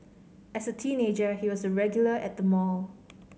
as a teenager he was a regular at the mall